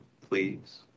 please